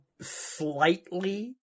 slightly